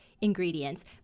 ingredients